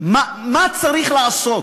מה צריך לעשות,